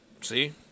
See